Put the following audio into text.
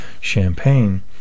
champagne